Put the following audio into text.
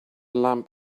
lamp